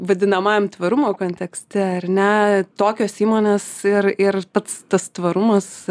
vadinamajam tvarumo kontekste ar ne tokios įmonės ir ir pats tas tvarumas